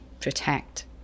protect